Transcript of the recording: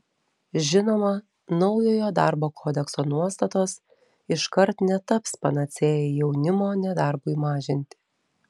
žinoma naujojo darbo kodekso nuostatos iškart netaps panacėja jaunimo nedarbui mažinti